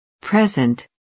Present